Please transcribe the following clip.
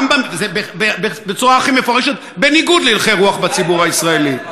זה בצורה הכי מפורשת בניגוד להלכי הרוח בציבור הישראלי.